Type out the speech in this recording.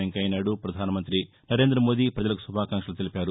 వెంకయ్యనాయుడు ప్రధానమంతి నరేందమోదీ ప్రజలకు శుభాకాంక్షలు తెలిపారు